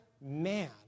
man